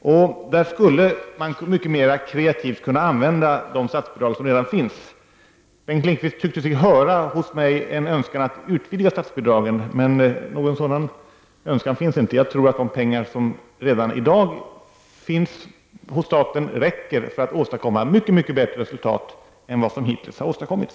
Man skulle mycket mera kreativt kunna använda de statsbidrag som redan finns. Bengt Lindqvist tyckte sig höra hos mig en önskan att utvidga statsbidragen, men någon sådan önskan finns inte. De pengar som redan i dag finns hos staten räcker för att åstadkomma mycket bättre resultat än vad som hittills har åstadkommits.